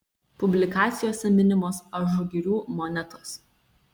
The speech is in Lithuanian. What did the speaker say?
publikacijose minimos ažugirių monetos